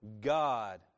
God